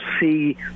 see